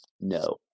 no